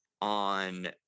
on